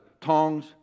tongs